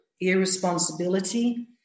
irresponsibility